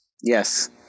Yes